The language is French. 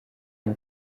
une